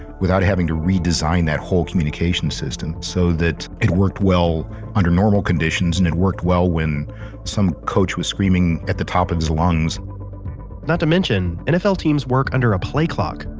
without having to redesign that whole communication system. so that it worked well under normal conditions, and it worked well when some coach was screaming at the top of his lungs not to mention, nfl teams work under a play clock,